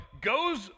goes